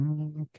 okay